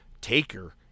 Taker